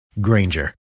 Granger